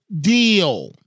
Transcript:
deal